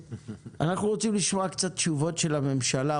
אנחנו רוצים לשמוע קצת תשובות של הממשלה.